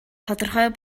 тодорхой